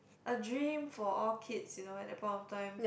a dream for all kids you know at that point in time